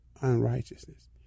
unrighteousness